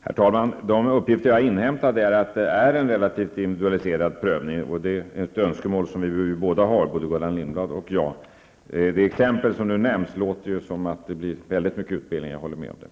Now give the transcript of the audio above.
Herr talman! Enligt de uppgifter som jag har inhämtat har vi en relativt individualiserad prövning -- ett önskemål som både Gullan Lindblad och jag har. I det exempel som här nämndes låter det som om det skulle bli väldigt mycken utbildning; det håller jag med om.